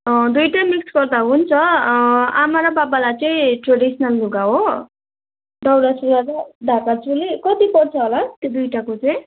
दुईवटै मिक्स गर्दा हुन्छ आमा र बाबालाई चाहिँ ट्रेडिसनल लुगा हो दौरा सुरुवाल ढाका चोली कति पर्छ होला त्यो दुईवटाको चाहिँ